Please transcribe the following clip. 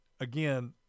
again